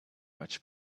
much